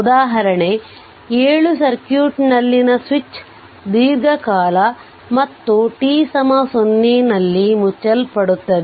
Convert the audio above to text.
ಉದಾಹರಣೆ 7 ಸರ್ಕ್ಯೂಟ್ನಲ್ಲಿನ ಸ್ವಿಚ್ ದೀರ್ಘಕಾಲ ಮತ್ತು t 0 ನಲ್ಲಿ ಮುಚ್ಚಲ್ಪಡುತ್ತದೆ